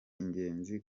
ingenzi